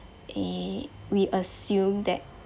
eh we assume that